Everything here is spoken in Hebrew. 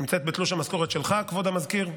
נמצאת בתלוש המשכורת שלך, כבוד המזכיר,